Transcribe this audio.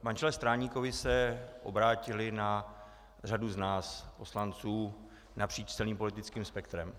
Manželé Stráníkovi se obrátili na řadu z nás poslanců napříč celým politickým spektrem.